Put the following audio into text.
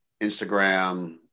Instagram